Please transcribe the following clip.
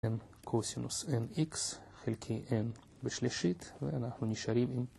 n cos nx חלקי n בשלישית ואנחנו נשארים עם.